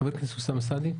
חבר הכנסת אוסאמה סעדי,